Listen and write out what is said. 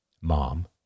Mom